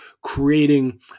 creating